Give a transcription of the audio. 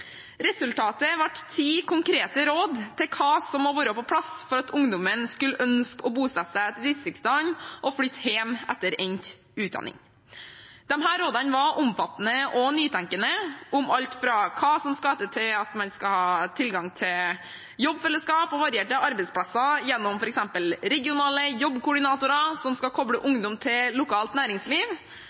Resultatet ble ti konkrete råd til hva som må være på plass for at ungdommen skal ønske å bosette seg i distriktene, flytte hjem etter endt utdanning. Disse rådene var omfattende og nytenkende om alt fra hva som skal til for at man skal ha tilgang til jobbfellesskap og varierte arbeidsplasser gjennom f.eks. regionale jobbkoordinatorer, som skal koble ungdom til lokalt næringsliv